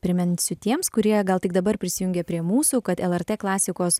priminsiu tiems kurie gal tik dabar prisijungė prie mūsų kad lrt klasikos